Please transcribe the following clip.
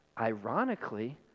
Ironically